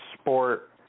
sport